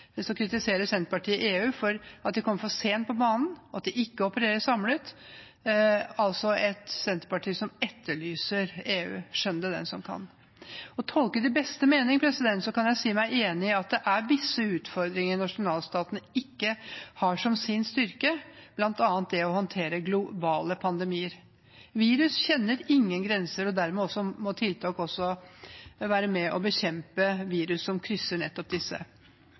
kritiserer EU for at de kommer for sent på banen og ikke opererer samlet – altså et Senterparti som etterlyser EU. Skjønn det, den som kan. For å tolke det i beste mening kan jeg si meg enig i at det er visse utfordringer nasjonalstatene ikke har som sin styrke, bl.a. det å håndtere globale pandemier. Virus kjenner ingen grenser, og dermed må tiltak også være med og bekjempe virus som krysser nettopp disse.